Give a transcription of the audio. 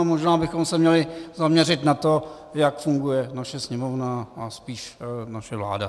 A možná bychom se měli zaměřit na to, jak funguje naše Sněmovna a spíš naše vláda.